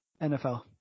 NFL